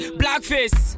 blackface